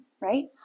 right